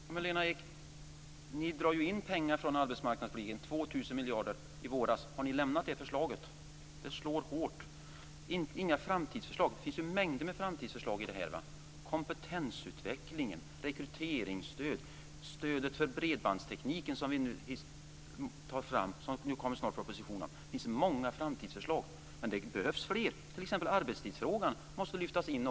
Fru talman! Men, Lena Ek, ni drar ju in pengar från arbetsmarknadspolitiken - 2 000 miljarder i våras. Har ni lämnat det förslaget? Det slår hårt. Det sägs att det inte finns några framtidsförslag. Det finns ju mängder med framtidsförslag i detta - kompetensutvecklingen, rekryteringsstöd och stödet för bredbandstekniken som det snart kommer en proposition om. Det finns många framtidsförslag. Men det behövs fler, t.ex. när det gäller arbetstidsfrågan. Den måste också lyftas in.